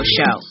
Show